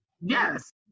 Yes